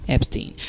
Epstein